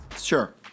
Sure